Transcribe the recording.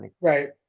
Right